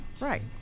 Right